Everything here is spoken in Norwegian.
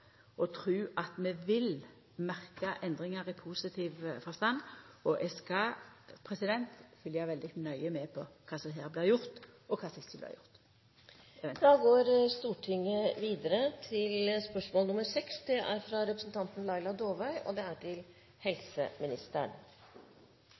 og mi tru at vi vil merka endringar i positiv forstand, og eg skal følgja veldig nøye med på kva som her blir gjort, og kva som ikkje blir gjort. Jeg tillater meg å stille følgende spørsmål